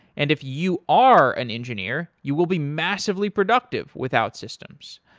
and if you are an engineer, you will be massively productive with outsystems.